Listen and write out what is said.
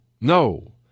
no